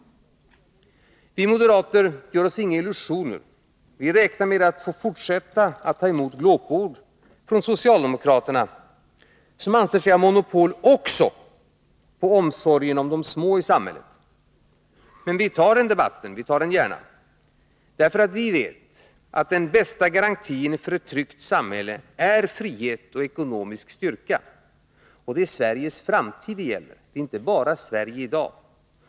Vi moderater gör oss inga illusioner. Vi räknar med att få fortsätta att ta emot glåpord från socialdemokraterna, som anser sig ha monopol också på omsorgen om de små i samhället. Men vi tar gärna den debatten, därför att vi vet att den bästa garantin för ett tryggt samhälle är frihet och ekonomisk styrka. Det är Sveriges framtid det gäller, inte bara Sverige i dag.